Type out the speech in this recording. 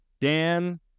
dan